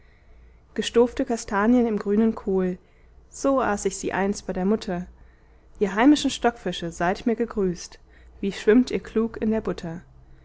gestovte kastanien im grünen kohl so aß ich sie einst bei der mutter ihr heimischen stockfische seid mir gegrüßt wie schwimmt ihr klug in der butter